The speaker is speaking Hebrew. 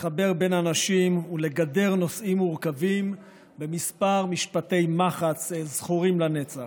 לחבר בין אנשים ולגדר נושאים מורכבים בכמה משפטי מחץ זכורים לנצח.